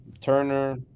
Turner